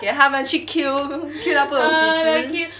给她们去 queue queue 到不懂几时